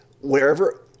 wherever